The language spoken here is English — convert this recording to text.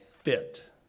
fit